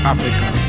Africa